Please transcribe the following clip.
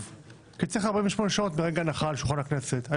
כי צריך 48 שעות ברגע הנחה על שולחן הכנסת.